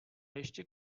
ještě